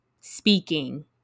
speaking